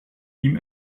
ihm